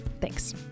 thanks